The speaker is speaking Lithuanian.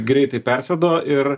greitai persėdo ir